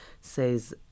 says